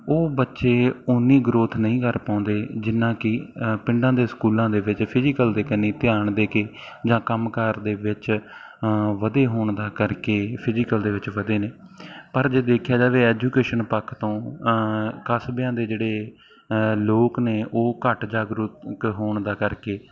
ਉਹ ਬੱਚੇ ਉੰਨੀ ਗਰੋਥ ਨਹੀਂ ਕਰ ਪਾਉਂਦੇ ਜਿੰਨਾ ਕਿ ਪਿੰਡਾਂ ਦੇ ਸਕੂਲਾਂ ਦੇ ਵਿੱਚ ਫਿਜੀਕਲ ਦੇ ਕੰਨੀ ਧਿਆਨ ਦੇ ਕੇ ਜਾਂ ਕੰਮ ਕਾਰ ਦੇ ਵਿੱਚ ਵਧੇ ਹੋਣ ਦਾ ਕਰਕੇ ਫਿਜੀਕਲ ਦੇ ਵਿੱਚ ਵਧੇ ਨੇ ਪਰ ਜੇ ਦੇਖਿਆ ਜਾਵੇ ਐਜੂਕੇਸ਼ਨ ਪੱਖ ਤੋਂ ਕਸਬਿਆਂ ਦੇ ਜਿਹੜੇ ਲੋਕ ਨੇ ਉਹ ਘੱਟ ਜਾਗਰੁਕ ਹੋਣ ਦਾ ਕਰਕੇ